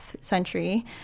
century